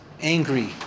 Angry